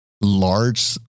large